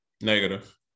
negative